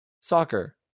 Soccer